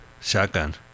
Shotgun